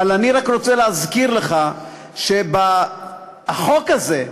אבל אני רק רוצה להזכיר לך שהחוק הזה,